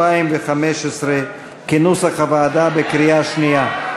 2015, כנוסח הוועדה, בקריאה שנייה.